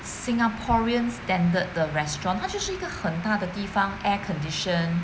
singaporean standard 的 restaurant 他就是一个很大的地方 air-conditioned